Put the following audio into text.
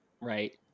Right